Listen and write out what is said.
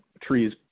trees